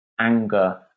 anger